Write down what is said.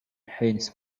haynes